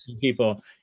people